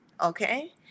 okay